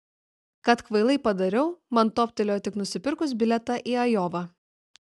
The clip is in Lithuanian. kad kvailai padariau man toptelėjo tik nusipirkus bilietą į ajovą